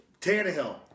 Tannehill